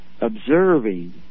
observing